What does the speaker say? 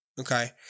Okay